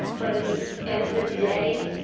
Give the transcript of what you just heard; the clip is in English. but at the end of the day,